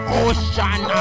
ocean